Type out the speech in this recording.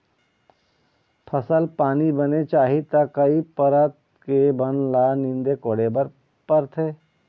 फसल पानी बने चाही त कई परत के बन ल नींदे कोड़े बर परथे